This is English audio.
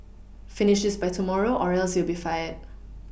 finish this by tomorrow or else you'll be fired